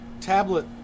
tablet